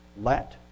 Let